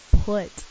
put